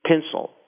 pencil